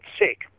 sick